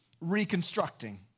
reconstructing